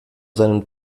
seinem